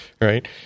right